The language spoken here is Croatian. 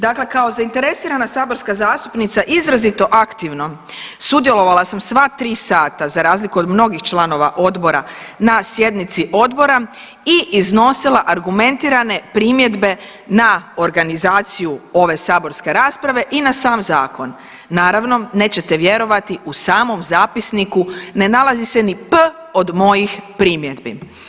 Dakle kao zainteresirana saborska zastupnica izrazito aktivno sudjelovala sam sva tri sata za razliku od mnogih članova odbora na sjednici odbora i iznosila argumentirane primjedbe na organizaciju ove saborske rasprave i na sam zakon, naravno nećete vjerovati u samom zapisniku ne nalazi se ni P od mojih primjedbi.